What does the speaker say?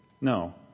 no